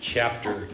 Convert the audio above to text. Chapter